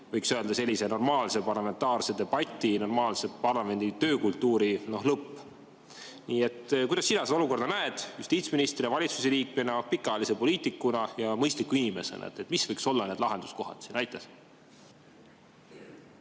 võiks öelda, normaalse parlamentaarse debati, normaalse parlamendi töökultuuri lõpp. Kuidas sina seda olukorda näed justiitsministrina, valitsuse liikmena, pikaajalise poliitikuna ja mõistliku inimesena? Mis võiksid olla need lahenduskohad? Aitäh,